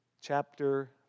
chapter